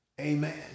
Amen